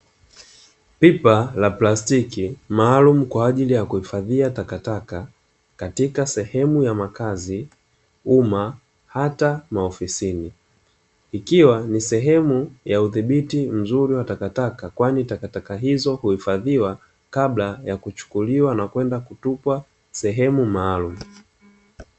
Pipa la plastiki, maalumu kwa ajili ya kuhifadhia takataka katika sehemu ya makazi, umma na hata maofisini. Ikiwa ni sehemu ya udhibiti mzuri wa takataka, kwani takataka hizo huhifadhiwa kabla ya kuchukuliwa na kwenda kutupwa sehemu maalumu.